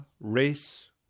race